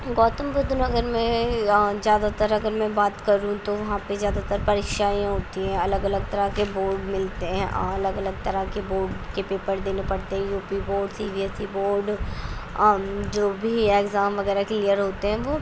گوتم بدھ نگر میں زیادہ تر اگر میں بات کروں تو وہاں پہ زیادہ تر پرشانیاں ہوتی ہیں الگ الگ طرح کے بورڈ ملتے ہیں الگ الگ طرح کے بورڈ کے پیپر دینے پڑتے ہیں U P board C B S C board جو بھی ایگزام وغیرہ کلیر ہوتے ہیں وہ